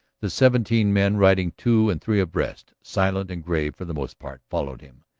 the seventeen men, riding two and three abreast, silent and grave for the most part, followed him.